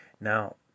Now